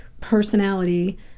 personality